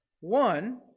One